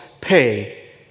pay